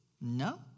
no